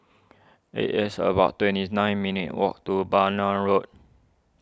it is about twenty nine minutes' walk to Bhamo Road